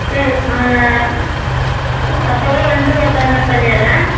சரி அப்பவே வந்து பேமண்ட் பண்ணிர்றன்